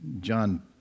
John